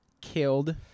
killed